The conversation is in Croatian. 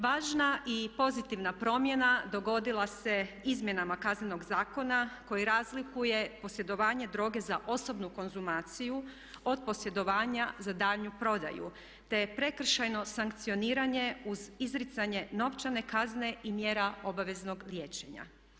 Važna i pozitivna promjena dogodila se izmjenama Kaznenog zakona koji razlikuje posjedovanje droge za osobnu konzumaciju od posjedovanja za daljnju prodaju, te je prekršajno sankcioniranje uz izricanje novčane kazne i mjera obaveznog liječenja.